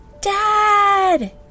Dad